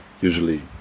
usually